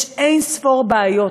יש אין-ספור בעיות,